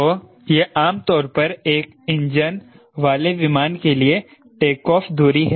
तो यह आम तौर पर एक इंजन वाले विमान के लिए टेक ऑफ दूरी है